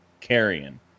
Carrion